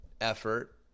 effort